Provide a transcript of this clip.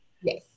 Yes